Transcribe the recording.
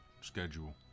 schedule